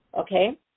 okay